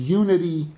unity